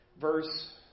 verse